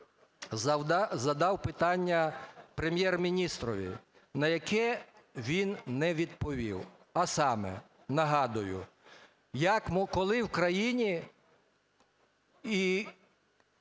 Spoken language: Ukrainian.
задав питання Прем'єр-міністру, на яке він не відповів. А саме, нагадую: коли в країні